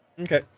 okay